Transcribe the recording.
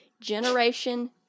Generation